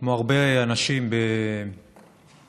כמו הרבה אנשים במדינה,